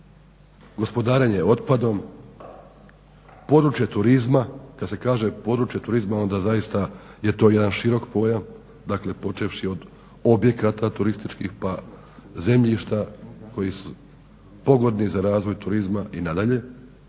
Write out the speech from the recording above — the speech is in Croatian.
gospodarenje otpadom, područje turizma. Kad se kaže područje turizma onda zaista je to jedan širok pojam. Dakle, počevši od objekata turističkih pa zemljišta koji su pogodni za razvoj turizma i nadalje